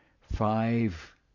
five